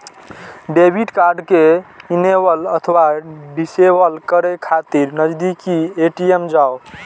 debit card कें enable अथवा disable करै खातिर नजदीकी ए.टी.एम जाउ